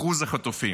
אחוז החטופים.